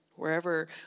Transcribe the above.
wherever